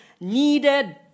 needed